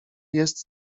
jest